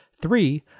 Three